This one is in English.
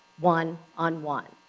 one on one.